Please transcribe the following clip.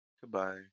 Goodbye